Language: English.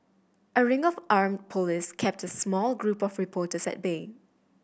a ring of armed police kept small group of reporters at bay